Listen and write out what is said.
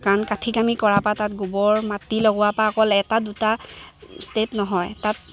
কাৰণ কাঠি কামি কৰাৰপৰা তাত গোবৰ মাটি লগোৱাৰপৰা অকল এটা দুটা ষ্টেপ নহয় তাত